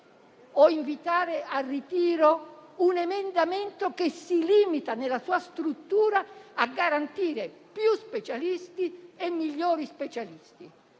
o invitare al ritiro un emendamento che si limita, nella sua struttura, a garantire più numerosi e migliori specialisti.